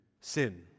sin